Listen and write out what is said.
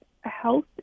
health